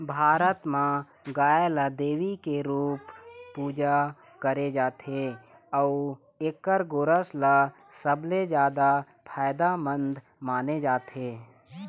भारत म गाय ल देवी के रूप पूजा करे जाथे अउ एखर गोरस ल सबले जादा फायदामंद माने जाथे